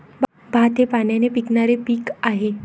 भात हे पाण्याने पिकणारे पीक आहे